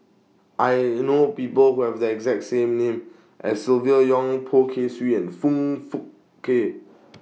I know People Who Have The exact same name as Silvia Yong Poh Kay Swee and Foong Fook Kay